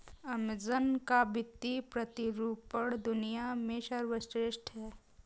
Amazon का वित्तीय प्रतिरूपण दुनिया में सर्वश्रेष्ठ है